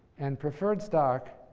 and preferred stock